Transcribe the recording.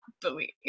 believe